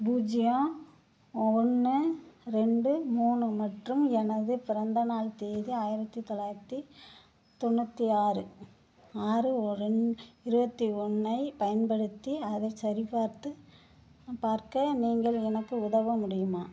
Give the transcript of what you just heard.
பூஜ்ஜியம் ஒன்று ரெண்டு மூணு மற்றும் எனது பிறந்த நாள் தேதி ஆயிரத்து தொள்ளாயிரத்து தொண்ணூற்றி ஆறு ஆறு ஒ ரெண் இருபத்தி ஒன்றை பயன்படுத்தி அதைச் சரிப்பார்த்து பார்க்க நீங்கள் எனக்கு உதவ முடியுமா